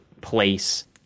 place